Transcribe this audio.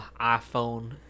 iPhone